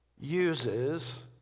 uses